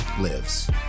lives